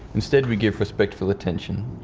instead we give respectful attention.